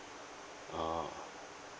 oh